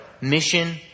mission